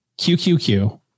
QQQ